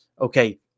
okay